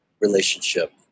relationship